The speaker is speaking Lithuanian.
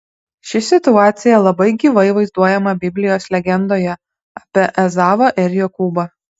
ši situacija labai gyvai vaizduojama biblijos legendoje apie ezavą ir jokūbą